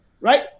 Right